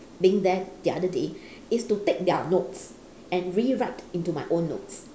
being there the other day is to take their notes and rewrite into my own notes